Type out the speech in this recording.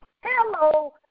Hello